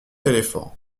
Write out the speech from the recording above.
éléphant